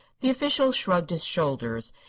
the official shrugged his shoulders,